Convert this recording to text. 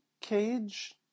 Cage